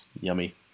yummy